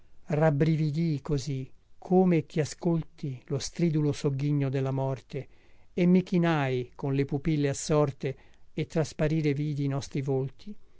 sordo rabbrividii così come chi ascolti lo stridulo sogghigno della morte e mi chinai con le pupille assorte e trasparire vidi i nostri volti